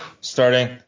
starting